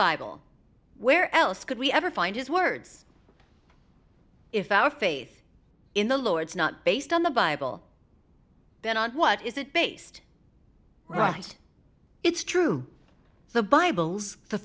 bible where else could we ever find his words if our faith in the lord's not based on the bible then on what is it based right it's true the bible's the